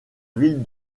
ville